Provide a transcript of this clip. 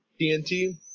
TNT